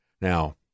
Now